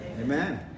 Amen